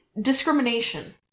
discrimination